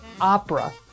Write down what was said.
opera